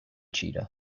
cheetah